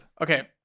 Okay